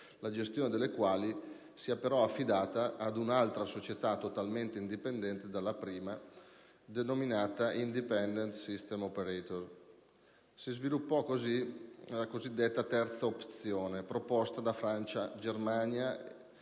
la gestione delle quali sia però affidata ad un'altra società totalmente indipendente dalla prima, denominata ISO *(Indipendent System Operator)*. Si è sviluppata così la cosiddetta terza opzione proposta da Francia e Germania,